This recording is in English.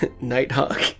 Nighthawk